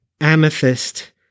Amethyst